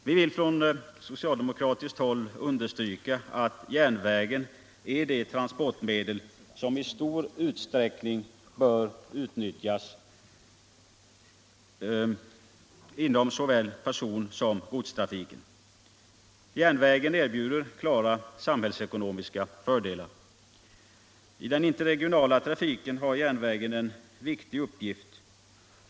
Vi vill från socialdemokratiskt håll understryka att järnvägen är det transportmedel som i stor utsträckning bör utnyttjas inom såväl personsom godstrafiken. Järnvägen erbjuder klara samhällsekonomiska fördelar. I den interregionala trafiken har järnvägen en viktig uppgift.